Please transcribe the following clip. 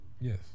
Yes